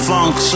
Funk